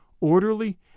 orderly